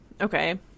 Okay